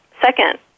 Second